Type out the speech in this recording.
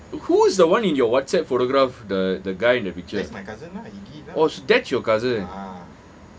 who is the one in your whatsapp photograph the the guy in the picture oh that's your cousin